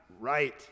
right